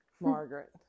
margaret